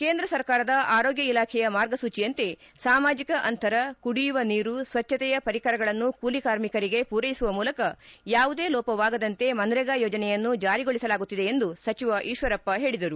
ಕೇಂದ್ರ ಸರ್ಕಾರದ ಆರೋಗ್ಯ ಇಲಾಖೆಯ ಮಾರ್ಗಸೂಚಿಯಂತೆ ಸಾಮಾಜಿಕ ಅಂತರ ಕುಡಿಯುವ ನೀರು ಸ್ವಜ್ಞತೆಯ ಪರಿಕರಗಳನ್ನು ಕೂಲಿ ಕಾರ್ಮಿಕರಿಗೆ ಪೂರೈಸುವ ಮೂಲಕ ಯಾವುದೇ ಲೋಪವಾಗದಂತೆ ಮನ್ನೇಗಾ ಯೋಜನೆಯನ್ನು ಜಾರಿಗೊಳಿಸಲಾಗುತ್ತಿದೆ ಎಂದು ಸಚಿವ ಈಶ್ವರಪ್ಪ ಹೇಳಿದರು